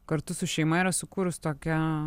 kartu su šeima yra sukūrus tokią